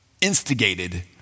instigated